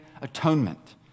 atonement